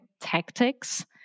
tactics